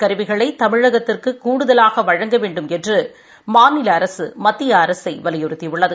கருவிகளை தமிழகத்திற்கு கூடுதலாக வழங்க வேண்டுமென்று மாநில அரசு மத்திய அரசை வலியுறுத்தியுள்ளது